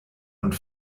und